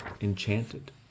enchanted